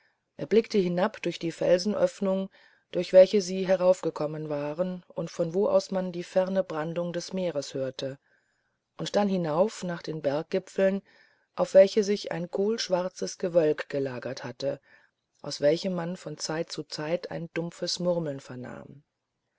er blickte hinab durch die felsenöffnung durch welche sie heraufgekommen waren von wo aus man die ferne brandung des meeres hörte und dann hinauf nach den berggipfeln auf welche sich ein kohlschwarzes gewölk gelagert hatte aus welchem man von zeit zu zeit ein dumpfes murmeln vernahm